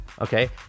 okay